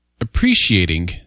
Appreciating